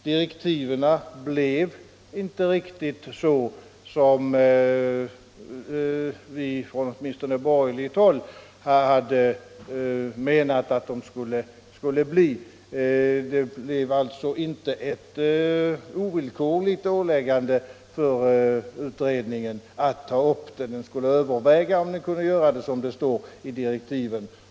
Direktiven blev inte riktigt så som vi, åtminstone från borgerligt håll, hade menat att de skulle bli. Det blev alltså inte ett ovillkorligt åläggande för utredningen att ta upp frågan — den skulle överväga om den kunde göra det, som det står i direktiven.